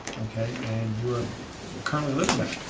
okay, and you're currently living